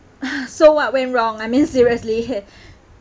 ah so what went wrong I mean seriously